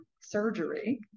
surgery